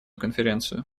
конференцию